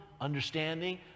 understanding